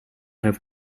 have